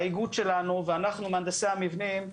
האיגוד שלנו ואנחנו מהנדסי המבנים,